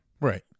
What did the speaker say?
Right